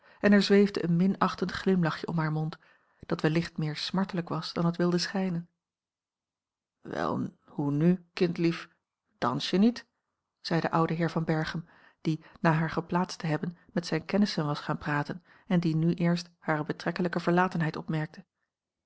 en er zweefde een minachtend glimlachje om haar mond dat willicht meer smartelijk was dan het wilde schijnen wel hoe nu kindlief dans je niet zei de oude heer van berchem die na haar geplaatst te hebben met zijn kennissen was gaan praten en die nu eerst hare betrekkelijke verlatenheid opmerkte